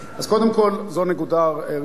אז קודם כול, זו נקודה ראשונה.